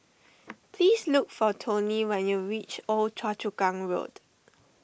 please look for Toney when you reach Old Choa Chu Kang Road